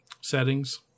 settings